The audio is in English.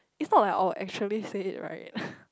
if not like I will actually say it right